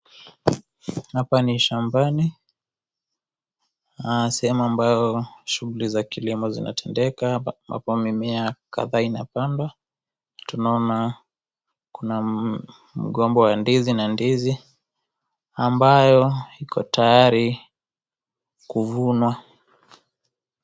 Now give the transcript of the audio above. Hapa ni shambani, sehemu ambayo shughuli za kilimo zinatendeka ,hapa mimea kadha inapandwa, tunaona kuna mgomba wa ndizi na ndizi ambayo iko tayari kuvunwa.